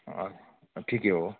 ठिकै हो